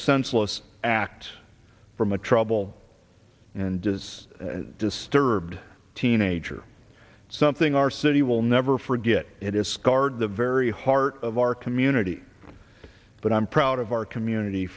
senseless act for my trouble and does disturbed teenager something our city will never forget it is scarred the very heart of our community but i'm proud of our community